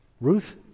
Ruth